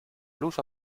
luz